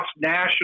national